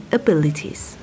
abilities